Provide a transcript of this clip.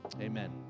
Amen